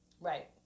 Right